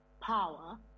power